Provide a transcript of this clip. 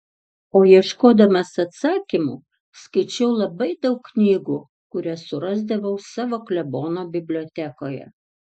o ieškodamas atsakymų skaičiau labai daug knygų kurias surasdavau savo klebono bibliotekoje